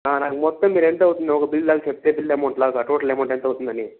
నాకు మొత్తం మీరు ఎంత అవుతుందో ఒక బిల్లు చెప్తే బిల్ అమౌంట్ లాగ టోటల్ అమౌంట్ ఎంత అవుతుంది అని